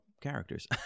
characters